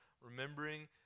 remembering